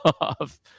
off